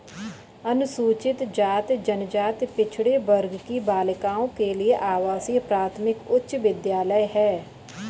अनुसूचित जाति जनजाति पिछड़े वर्ग की बालिकाओं के लिए आवासीय प्राथमिक उच्च विद्यालय है